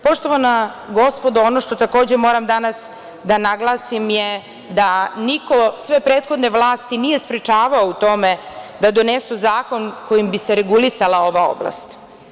Poštovana gospodo, ono što takođe moram danas da naglasim je da niko sve prethodne vlasti nije sprečavao u tome da donesu zakon kojim bi se regulisala ova oblast.